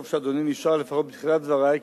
טוב שאדוני נשאר לפחות לתחילת דברי,